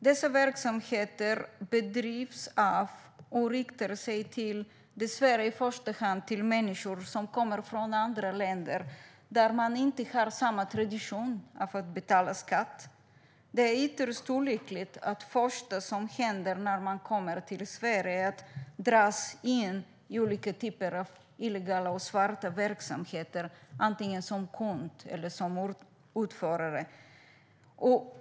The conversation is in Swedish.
Dessa verksamheter bedrivs av och riktar sig dessvärre i första hand till människor som kommer från andra länder där man inte har samma traditioner av att betala skatt. Det är ytterst olyckligt att det första som händer när man kommer till Sverige är att man dras in i olika typer av illegala och svarta verksamheter, antingen som kund eller som utförare.